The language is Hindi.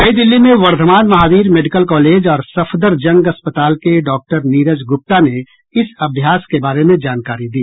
नई दिल्ली में वर्धमान महावीर मेडिकल कॉलेज और सफदरजंग अस्पताल के डॉक्टर नीरज गुप्ता ने इस अभ्यास के बारे में जानकारी दी